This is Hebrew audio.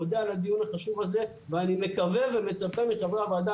מודה על הדיון החשוב הזה ואני מקווה ומצפה מחברי הוועדה